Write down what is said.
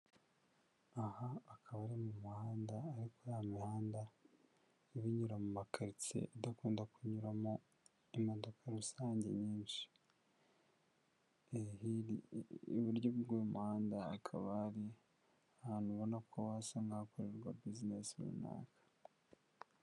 Aha akaba ari mu muhanda ariko ya mihanda iba inyura mu makaritsiye idakunda kunyuramo imodoka rusange nyinshi. Iburyo bw'uyu muhanda akaba ari ahantu ubona ko hasa nk'ahakorerwa business runaka.